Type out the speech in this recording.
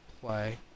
play